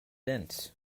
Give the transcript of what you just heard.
dance